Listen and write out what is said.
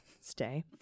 stay